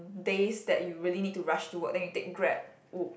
days that you really need to rush to work then you take Grab u~